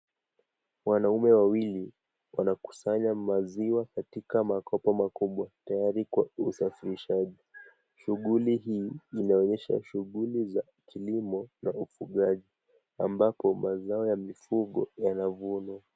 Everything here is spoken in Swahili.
Wanaume wawili wanakusanya maziwa katika makoba makubwa tayari kwa usafirishaji. Shughuli hii inaonyesha shughuli za kilimo na ufugaji. Ambapo mazao ya mifugo yanavunwa.